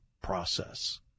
process